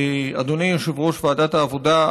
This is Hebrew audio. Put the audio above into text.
אדוני יושב-ראש ועדת העבודה,